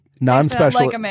non-special